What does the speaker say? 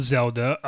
Zelda